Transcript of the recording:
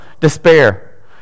despair